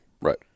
Right